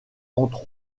entre